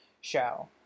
show